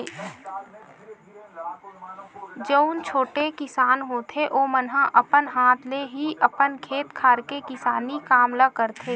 जउन छोटे किसान होथे ओमन ह अपन हाथ ले ही अपन खेत खार के किसानी काम ल करथे